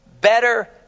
Better